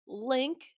Link